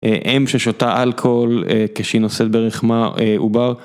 אם ששותה אלכוהול כשהיא נוסעת ברחמה עובר.